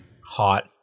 Hot